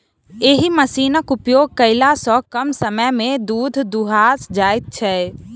एहि मशीनक उपयोग कयला सॅ कम समय मे दूध दूहा जाइत छै